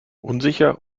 unsicher